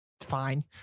fine